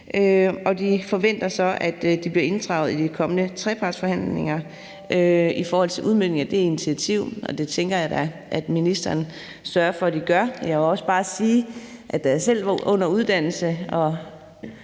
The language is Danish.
De forventer så, at de bliver inddraget i de kommende trepartsforhandlinger i forhold til udmøntningen af det initiativ, og det tænker jeg da at ministeren sørger for at de gør. Jeg må også bare sige, at da jeg selv var under uddannelse